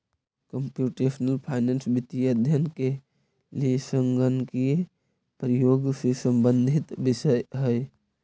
computational finance वित्तीय अध्ययन के लिए संगणकीय प्रयोग से संबंधित विषय है